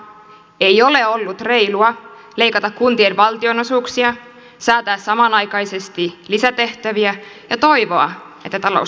ei ole ollut reilua leikata kuntien valtionosuuksia säätää samanaikaisesti lisätehtäviä ja toivoa että talous tasapainottuisi